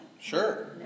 Sure